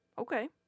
Okay